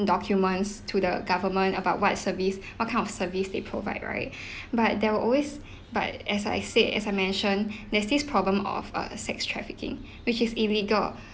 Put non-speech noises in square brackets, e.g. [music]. documents to the government about what service what kind of service they provide right [breath] but they're always but as I said as I mentioned [breath] there's this problem of uh sex trafficking which is illegal